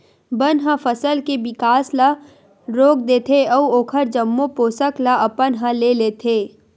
बन ह फसल के बिकास ल रोक देथे अउ ओखर जम्मो पोसक ल अपन ह ले लेथे